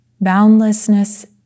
Boundlessness